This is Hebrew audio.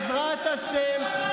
בעזרת השם.